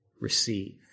Receive